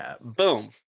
Boom